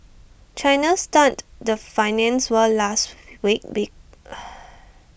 China stunned the finance world last week be